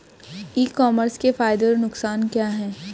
ई commerce के फायदे और नुकसान क्या हैं?